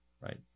right